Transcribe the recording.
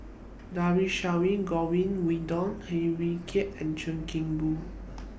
Dhershini Govin Winodan Heng Swee Keat and Chuan Keng Boon